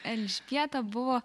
elžbieta buvo